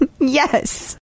Yes